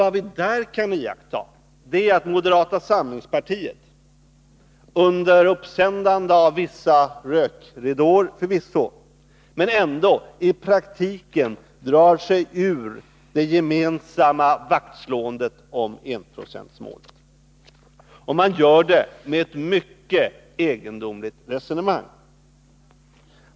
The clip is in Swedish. Vad vi där kan iaktta är att moderata samlingspartiet, förvisso under uppsändande av vissa rökridåer, i praktiken drar sig ur det gemensamma vaktslåendet om enprocentsmålet. Man gör det med ett mycket egendomligt resonemang.